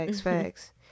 facts